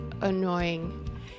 annoying